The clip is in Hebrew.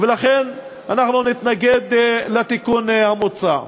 ולכן אנחנו נתנגד לתיקון המוצע.